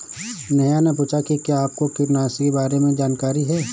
नेहा ने पूछा कि क्या आपको कीटनाशी के बारे में जानकारी है?